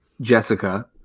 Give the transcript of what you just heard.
Jessica